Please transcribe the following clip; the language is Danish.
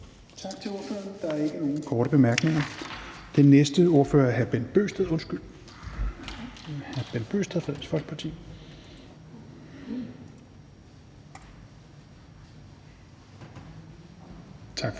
Tak til ordføreren. Der er ikke nogen korte bemærkninger. Den næste ordfører er hr. Bent Bøgsted fra Dansk Folkeparti. Værsgo.